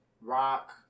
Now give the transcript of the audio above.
rock